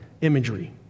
imagery